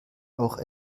auch